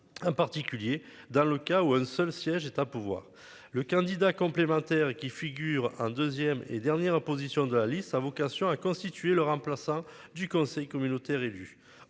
Un particulier dans le cas où un seul siège est à pouvoir le candidat complémentaire qui figure un deuxième et dernière position de la liste a vocation à constituer le remplaçant du conseil communautaire élu